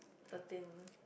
thirteen